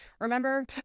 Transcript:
remember